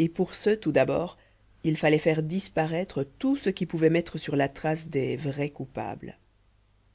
et pour ce tout d'abord il fallait faire disparaître tout ce qui pouvait mettre sur la trace des vrais coupables